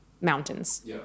mountains